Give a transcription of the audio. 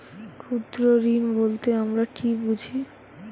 ক্ষুদ্র ঋণ বলতে আমরা কি বুঝি?